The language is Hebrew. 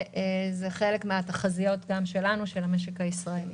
זה חלק מהתחזיות גם של המשק הישראלי.